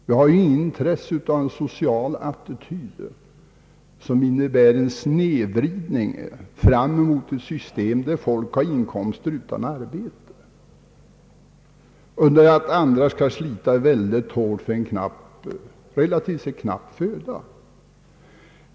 Vi har inget intresse av en social attityd som innebär en snedvridning i riktning mot ett system där folk har inkomst utan arbete, under det att andra skall slita mycket hårt för en relativt knapp föda.